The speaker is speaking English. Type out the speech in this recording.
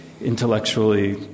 intellectually